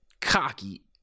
cocky